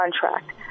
contract